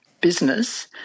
business